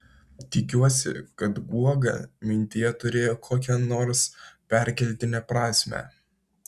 tikiuosi kad guoga mintyje turėjo kokią nors perkeltinę prasmę